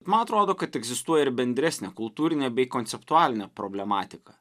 man atrodo kad egzistuoja ir bendresnė kultūrinė bei konceptualinė problematika